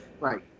Right